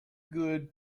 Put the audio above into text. good